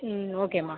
ம் ஓகேம்மா